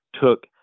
took